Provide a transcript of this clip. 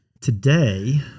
Today